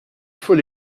faut